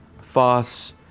FOSS